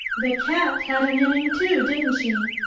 the cat had an inning too, didn't she?